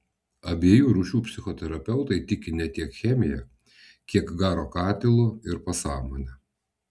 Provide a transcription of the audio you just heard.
abiejų rūšių psichoterapeutai tiki ne tiek chemija kiek garo katilu ir pasąmone